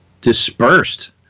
dispersed